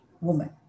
woman